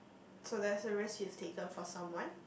so there's a risk you've taken for someone